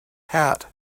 hat